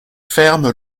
ferme